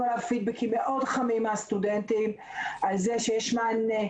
עליו פידבקים מאוד חמים מהסטודנטים על זה שיש מענה,